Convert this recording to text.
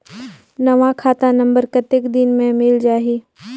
नवा खाता नंबर कतेक दिन मे मिल जाही?